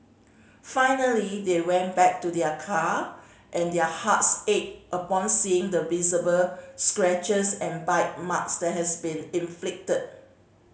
finally they went back to their car and their hearts ached upon seeing the visible scratches and bite marks that has been inflicted